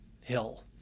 hill